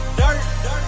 dirt